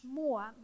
more